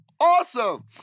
Awesome